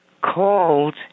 called